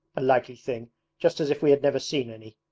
a likely thing just as if we had never seen any!